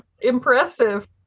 Impressive